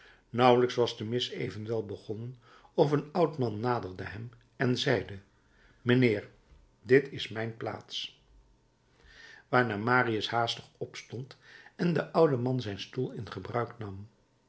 nauwelijks was de mis evenwel begonnen of een oud man naderde hem en zeide mijnheer dit is mijn plaats waarna marius haastig opstond en de oude man zijn stoel in gebruik nam